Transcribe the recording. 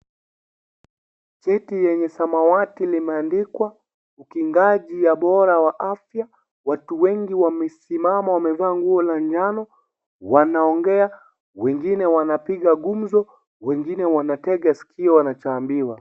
Viti yenye samawati limeandikwa ukingaji ya bora wa afya. Watu wengi wamesimama wamevaa nguo la njano wanaongea, wengine wanapiga gumzo, wengine wanatega skio wanachoambiwa.